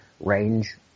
range